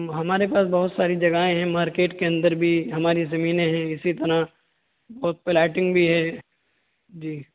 ہمارے پاس بہت ساری جگہیں ہیں مارکٹ کے اندر بھی ہماری زمینیں ہیں اسی طرح بک پلاٹنگ بھی ہے جی